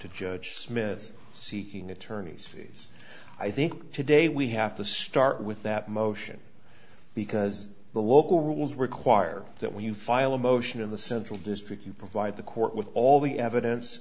to judge smith seeking attorneys fees i think today we have to start with that motion because the local rules require that when you file a motion in the central district you provide the court with all the evidence